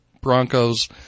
Broncos